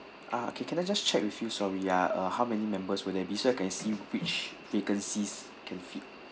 ah can can I just check with you sorry ah uh how many members will there be sir can you see which vacancies can fit